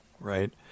right